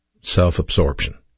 self-absorption